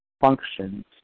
functions